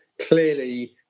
Clearly